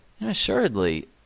Assuredly